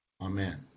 Amen